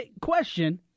Question